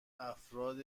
افراد